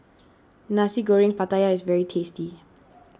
Nasi Goreng Pattaya is very tasty